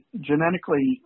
genetically